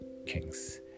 kings